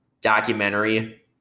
documentary